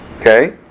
Okay